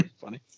funny